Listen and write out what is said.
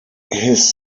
his